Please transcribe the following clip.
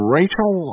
Rachel